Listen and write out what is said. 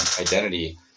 identity